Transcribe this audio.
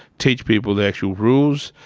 teach people the actual rules,